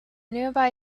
nearby